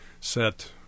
set